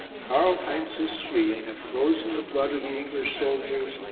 karl heinz's scream had frozen the blood of the english soldiers,